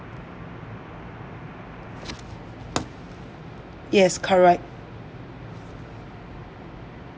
yes correct